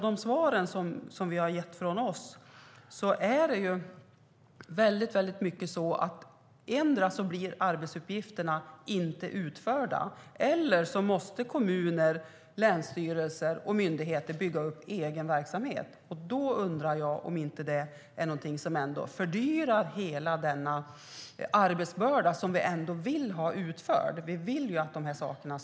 Det ser ut att bli så att endera blir arbetsuppgifterna inte utförda, eller så måste kommuner, länsstyrelser och myndigheter bygga upp egen verksamhet. Jag undrar om inte det är någonting som fördyrar det hela. Det handlar ändå om arbeten som vi vill få utförda.